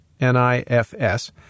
NIFS